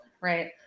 Right